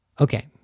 Okay